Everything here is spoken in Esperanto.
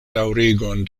daŭrigon